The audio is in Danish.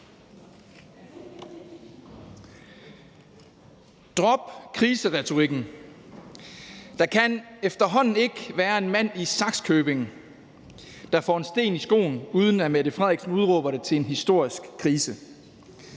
Drop kriseretorikken. Der kan efterhånden ikke være en mand i Sakskøbing, der får en sten i skoen, uden at Mette Frederiksen udråber det til en historisk krise.